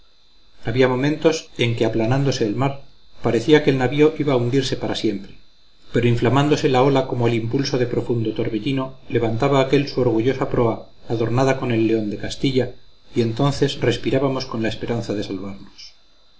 había momentos en que aplanándose el mar parecía que el navío iba a hundirse para siempre pero inflamándose la ola como al impulso de profundo torbellino levantaba aquél su orgullosa proa adornada con el león de castilla y entonces respirábamos con la esperanza de salvarnos